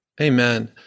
Amen